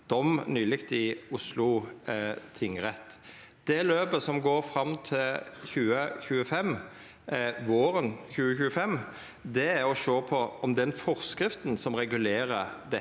dom i Oslo tingrett. Det løpet som går fram til våren 2025, er å sjå på om den forskrifta som regulerer dette,